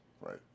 Right